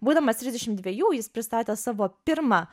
būdamas trisdešim dvejų jis pristatė savo pirmą